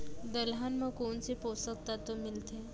दलहन म कोन से पोसक तत्व मिलथे?